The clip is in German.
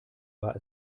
war